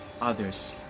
others